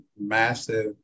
massive